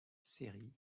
série